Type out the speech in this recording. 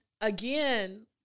again